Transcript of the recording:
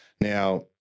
Now